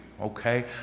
okay